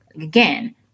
Again